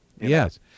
Yes